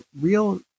real